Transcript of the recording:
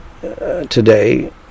today